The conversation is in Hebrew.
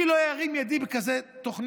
אני לא ארים את ידי בעד כזאת תוכנית,